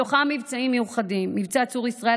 בתוכם היו מבצעים מיוחדים: מבצע צור ישראל,